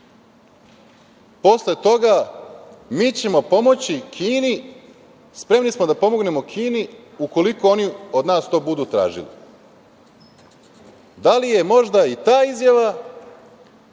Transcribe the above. toga - mi ćemo pomoći Kini, spremni smo da pomognemo Kini ukoliko oni od nas to budu tražili. Da li je možda i ta izjava